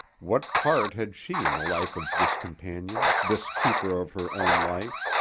what part had she in the life of this companion, this keeper of her own life?